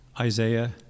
Isaiah